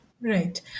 right